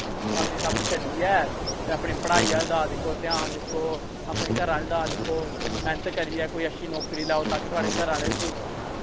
बाकी सब छड्डियै अपनी पढ़ाई अल्ल दिक्खो अपने घर आह्लें दा दिक्खो मैह्नत करियै कोई अच्छी नौकरी लैओ ता कि थोआढ़े घर आह्ले